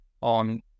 on